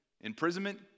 imprisonment